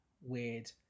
weird